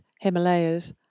Himalayas